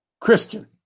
Christian